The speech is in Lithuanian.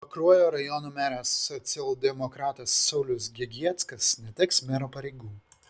pakruojo rajono meras socialdemokratas saulius gegieckas neteks mero pareigų